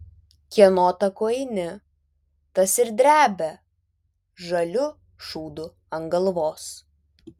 kieno taku eini tas ir drebia žaliu šūdu ant galvos